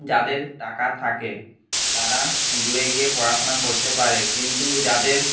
যাদের টাকা থাকে তারা দূরে গিয়ে পড়াশোনা করতে পারে কিন্তু যাদের